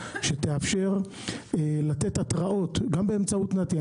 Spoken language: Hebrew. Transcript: שתאפשר לתת התראות גם באמצעות נת"י.